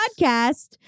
podcast